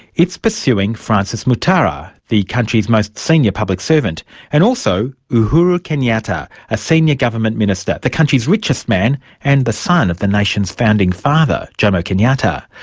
it's pursuing francis muthaura, the country's most senior public servant and also uhuru kenyatta, a senior government minister, the country's richest man and the son of the nation's founding father, jomo kenyatta.